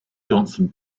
johnson